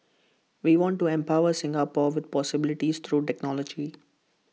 we want to empower Singapore with possibilities through technology